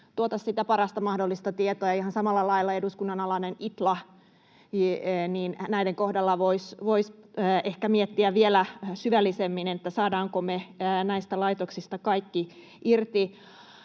tuota sitä parasta mahdollista tietoa, ja ihan samalla lailla eduskunnan alainen Itla. Näiden kohdalla voisi ehkä miettiä vielä syvällisemmin, saadaanko me näistä laitoksista kaikki irti.